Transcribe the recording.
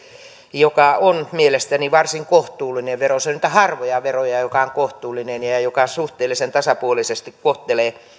joka on mielestäni varsin kohtuullinen vero se on niitä harvoja veroja joka on kohtuullinen ja ja joka suhteellisen tasapuolisesti kohtelee